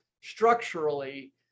structurally